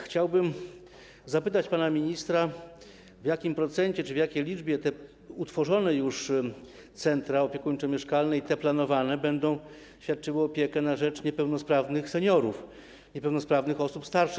Chciałbym zapytać pana ministra, w jakim procencie czy w jakiej liczbie już utworzone centra opiekuńczo-mieszkalne i te planowane będą świadczyły opiekę na rzecz niepełnosprawnych seniorów, niepełnosprawnych osób starszych.